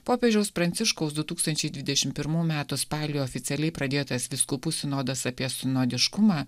popiežiaus pranciškaus du tūkstančiai dvidešim pirmų metų spalį oficialiai pradėtas vyskupų sinodas apie sinodiškumą